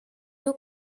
you